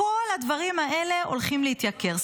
כל הדברים האלה הולכים להתייקר.